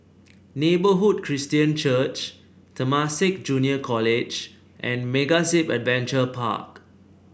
Neighbourhood Christian Church Temasek Junior College and MegaZip Adventure Park